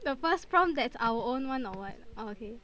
the first prompt that's our own [one] or [what] orh okay